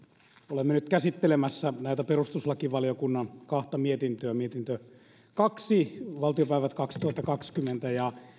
olemme nyt käsittelemässä näitä perustuslakivaliokunnan kahta mietintöä mietintö kaksi kautta kaksituhattakaksikymmentä valtiopäivät ja